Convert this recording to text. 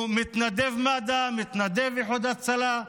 הוא מתנדב מד"א, מתנדב באיחוד הצלה.